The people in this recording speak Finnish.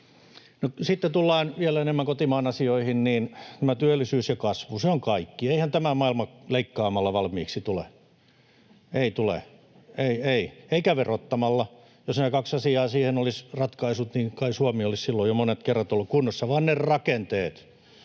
Sitten kun tullaan vielä enemmän kotimaan asioihin, niin työllisyys ja kasvu, se on kaikki. Eihän tämä maailma leikkaamalla valmiiksi tule — ei tule, ei ei — eikä verottamalla. Jos nämä kaksi asiaa siihen olisivat ratkaisut, niin kai Suomi olisi silloin jo monet kerrat ollut kunnossa, vaan ne ovat ne